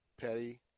Petty